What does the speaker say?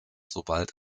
sobald